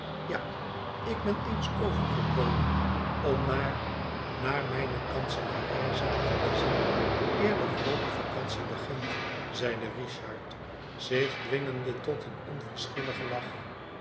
ja ik ben eens overgekomen om naar naar mijne kanselarij zaken te zien eer de groote vacantie begint zeide richard zich dwingende tot een onverschilligen lach